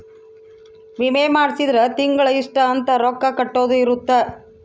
ವಿಮೆ ಮಾಡ್ಸಿದ್ರ ತಿಂಗಳ ಇಷ್ಟ ಅಂತ ರೊಕ್ಕ ಕಟ್ಟೊದ ಇರುತ್ತ